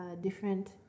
different